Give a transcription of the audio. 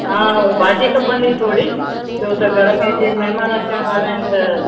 हा भाॼी खपंदी हुई थोरी छो त घर में अॼु महिमान अचनि वारा आहिनि त